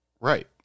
right